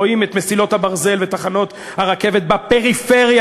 רואים את מסילות הברזל ואת תחנות הרכבת בפריפריה,